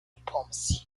diplomacy